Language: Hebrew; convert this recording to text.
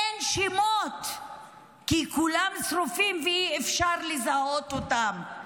אין שמות כי כולם שרופים ואי-אפשר לזהות אותם.